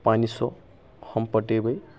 पानिसँ हम पटेबै